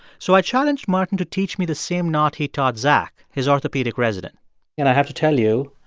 so i challenged martin to teach me the same knot he taught zach, his orthopedic resident and i have to tell you,